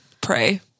Pray